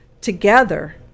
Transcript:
together